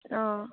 অঁ